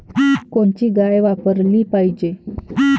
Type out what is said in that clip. कोनची गाय वापराली पाहिजे?